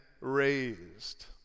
raised